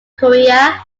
korea